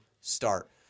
start